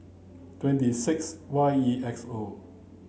twenty six Y E X O